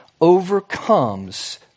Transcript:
overcomes